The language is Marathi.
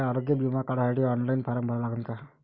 मले आरोग्य बिमा काढासाठी ऑनलाईन फारम भरा लागन का?